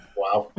wow